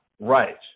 right